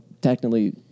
technically